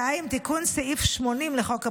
2. תיקון סעיף 80 לחוק הבחירות,